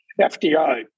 FDI